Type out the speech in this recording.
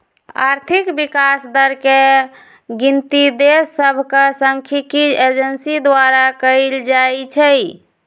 आर्थिक विकास दर के गिनति देश सभके सांख्यिकी एजेंसी द्वारा कएल जाइ छइ